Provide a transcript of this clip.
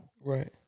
Right